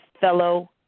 fellow